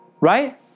right